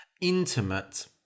Intimate